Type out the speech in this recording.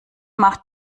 mach